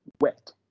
wet